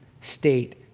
state